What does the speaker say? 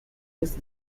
his